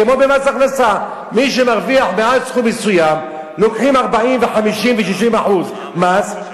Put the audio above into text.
כמו במס הכנסה: מי שמרוויח מעל סכום מסוים לוקחים 40% ו-50% ו-60% מס.